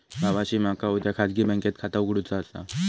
भावाशी मका उद्या खाजगी बँकेत खाता उघडुचा हा